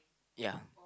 ya